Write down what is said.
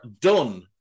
done